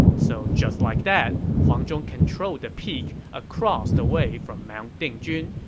so just like that, huang zhong controlled the peak across the way from mount dingjun,